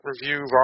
Review